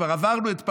כבר עברנו את פרעה,